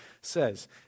says